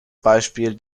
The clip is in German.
beispiel